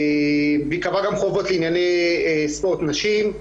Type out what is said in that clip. והיא קבעה גם חובות לענייני ספורט נשים.